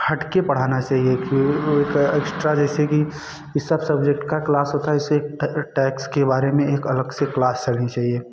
हटके पढ़ाना चाहिए कि एक एक्स्ट्रा जैसे कि यह सब सब्जेक्ट का क्लास होता है इसे टैक्स के बारे में एक अलग से क्लास चलनी चाहिए